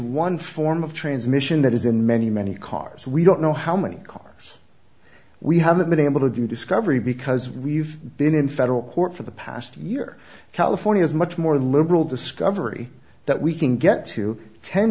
one form of transmission that is in many many cars we don't know how many cars we haven't been able to do discovery because we've been in federal court for the past year california's much more liberal discovery that we can get to ten